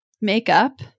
makeup